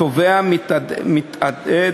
התובע מתעתד